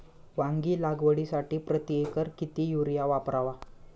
वांगी लागवडीसाठी प्रति एकर किती युरिया वापरावा?